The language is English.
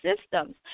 Systems